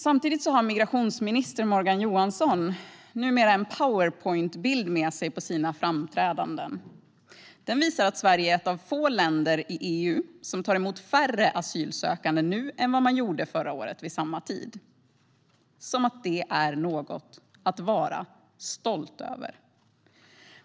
Numera har migrationsminister Morgan Johansson en Powerpointbild med sig på sina framträdanden. Den visar att Sverige är ett av få länder i EU som tar emot färre asylsökande nu än vad man gjorde förra året vid samma tid - som att det är något att vara stolt över.